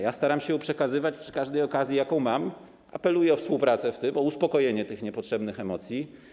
Ja staram się ją przekazywać przy każdej okazji, jaką mam - apeluję o współpracę w tym, o uspokojenie tych niepotrzebnych emocji.